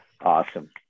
Awesome